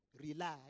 rely